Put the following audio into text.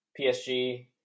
PSG